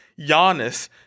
Giannis